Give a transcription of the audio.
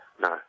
no